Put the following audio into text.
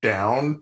Down